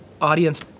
audience